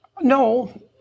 No